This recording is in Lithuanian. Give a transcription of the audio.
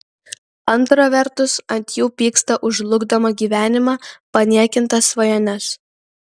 antra vertus ant jų pyksta už žlugdomą gyvenimą paniekintas svajones